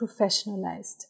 professionalized